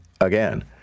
again